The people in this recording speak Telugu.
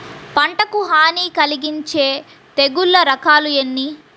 పంటకు హాని కలిగించే తెగుళ్ల రకాలు ఎన్ని?